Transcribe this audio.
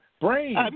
Brain